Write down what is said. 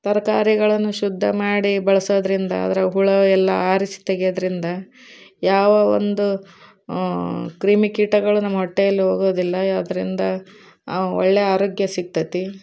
ತರಕಾರಿಗಳನ್ನು ಶುದ್ಧ ಮಾಡಿ ಬಳ್ಸೋದರಿಂದ ಅದರ ಹುಳ ಎಲ್ಲ ಆರಿಸಿ ತೆಗೆಯೋದರಿಂದ ಯಾವ ಒಂದು ಕ್ರಿಮಿಕೀಟಗಳೂ ನಮ್ಮ ಹೊಟ್ಟೆಯಲ್ಲಿ ಹೋಗೋದಿಲ್ಲ ಅದರಿಂದ ಅವ್ ಒಳ್ಳೆಯ ಆರೋಗ್ಯ ಸಿಗ್ತೈತಿ